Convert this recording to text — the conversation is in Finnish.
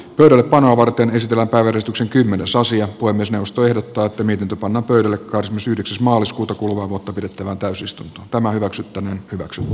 pöydällepanoa varten ystävänpäiväristuksen kymmenesosia voi myös nousta vielä päättänyt panna pöydälle cosmos yhdeksäs maaliskuuta kuluvaa vuotta pidettävä toisista tämä hyväksyttäneen kyproksen j